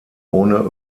ohne